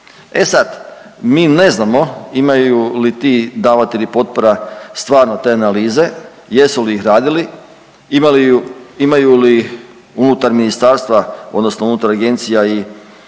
E sad, mi ne znamo imaju li ti davatelji potpora stvarno te analize, jesu li ih radili, imaju li unutar ministarstva, odnosno unutar agencija i banaka